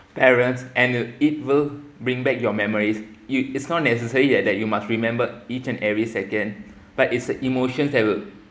parents and will it will bring back your memories you it's not necessary that you must remember each and every second but it's the emotions that will